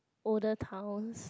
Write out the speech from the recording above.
older towns